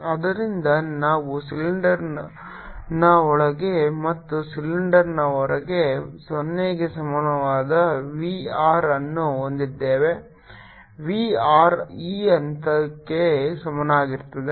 ಆದ್ದರಿಂದ ನಾವು ಸಿಲಿಂಡರ್ನ ಒಳಗೆ ಮತ್ತು ಸಿಲಿಂಡರ್ನ ಹೊರಗೆ 0 ಗೆ ಸಮಾನವಾದ v r ಅನ್ನು ಹೊಂದಿದ್ದೇವೆ v r ಈ ಹಂತಕ್ಕೆ ಸಮಾನವಾಗಿರುತ್ತದೆ